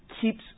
keeps